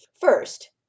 First